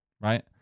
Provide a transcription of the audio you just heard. right